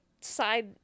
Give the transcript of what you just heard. side